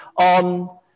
on